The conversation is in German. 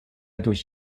durch